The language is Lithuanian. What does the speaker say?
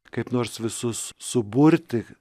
kaip nors visus suburti